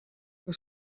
que